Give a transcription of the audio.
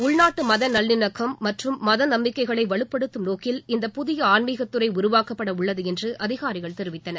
உள்நாட்டு மத நல்லிணக்கம் மற்றும் மத நம்பிக்கைகளை வலுப்படுத்தும் நோக்கில் இந்தப் புதிய ஆன்மீகத்துறை உருவாக்கப்பட உள்ளது என்று அதிகாரிகள் தெரிவித்தனர்